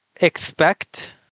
expect